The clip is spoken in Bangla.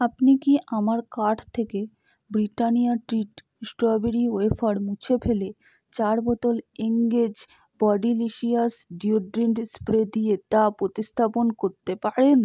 আপনি কি আমার কার্ট থেকে ব্রিটানিয়া ট্রিট স্ট্রবেরি ওয়েফার মুছে ফেলে চার বোতল এংগেজ বডিলিশিয়াস ডিওডোরেন্ট স্প্রে দিয়ে তা প্রতিস্থাপন করতে পারেন